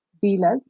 dealers